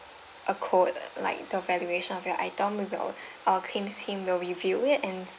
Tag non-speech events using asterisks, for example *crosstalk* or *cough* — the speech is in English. a code like the valuation of your item with your *breath* our claim team will review it and